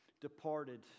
departed